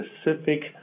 specific